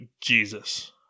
Jesus